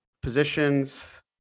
positions